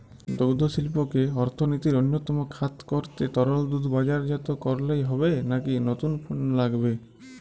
দুগ্ধশিল্পকে অর্থনীতির অন্যতম খাত করতে তরল দুধ বাজারজাত করলেই হবে নাকি নতুন পণ্য লাগবে?